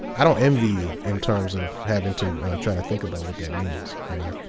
i don't envy you in terms of having to try to think about what that means. you know